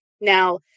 Now